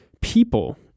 people